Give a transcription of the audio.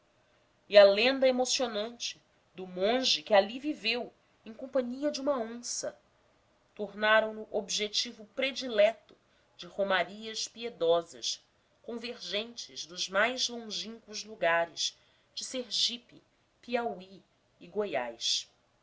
e a lenda emocionante do monge que ali viveu em companhia de uma onça tornaram no objetivo predileto de romarias piedosas convergentes dos mais longínquos lugares de sergipe piauí e goiás